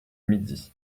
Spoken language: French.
midi